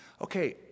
Okay